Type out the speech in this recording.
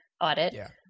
audit